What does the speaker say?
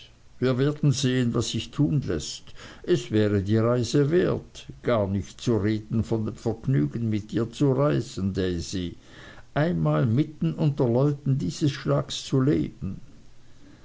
wir werden sehen was sich tun läßt es wäre die reise wert gar nicht zu reden von dem vergnügen mit dir zu reisen daisy einmal mitten unter leuten dieses schlages zu leben